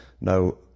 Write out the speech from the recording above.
Now